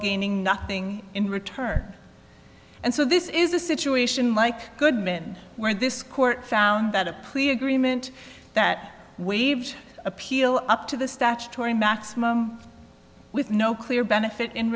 gaining nothing in return and so this is a situation like goodman where this court found that a plea agreement that waived appeal up to the statutory maximum with no clear benefit in